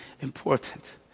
important